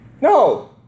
No